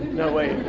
no, wait.